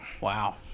wow